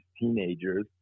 teenagers